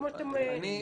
כמו שאתם חוששים,